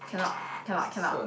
cannot cannot cannot